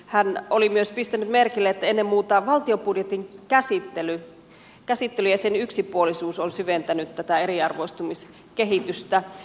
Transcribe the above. hän oli myös pistänyt merkille että ennen muuta valtion budjetin käsittely ja sen yksipuolisuus on syventänyt tätä eriarvoistumiskehitystä